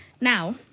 Now